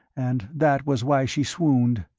and that was why she swooned.